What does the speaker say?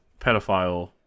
pedophile